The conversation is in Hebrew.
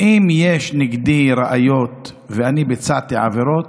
אם יש נגדי ראיות ואני ביצעתי עבירות,